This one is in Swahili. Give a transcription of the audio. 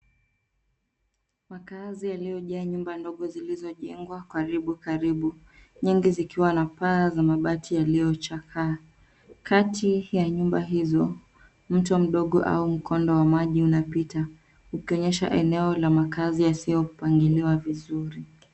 Makaazi yaliyojaa nyumba ndogo zilizojengwa karibu karibu, nyingi zikiwa na paa za mabati yaliyochakaa. Kati ya nyumba hizo, mto mdogo au mkondo wa maji unapita, ukionyesha eneo la makazi yasiyopangiliwa vizuri.